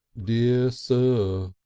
dear sir,